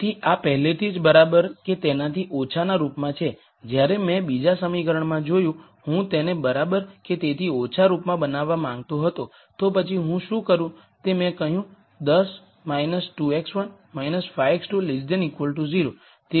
તેથી આ પહેલેથી જ બરાબર કે તેનાથી ઓછા ના રૂપમાં છે જ્યારે મેં બીજા સમીકરણમાં જોયું હું તેને બરાબર કે તેથી ઓછા રૂપમાં બનાવવા માંગતો હતો તો પછી હું શું કરું તે મેં કહ્યું 10 2 x1 5 x2 0